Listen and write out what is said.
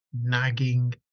nagging